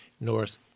north